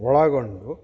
ಒಳಗೊಂಡು